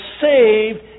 saved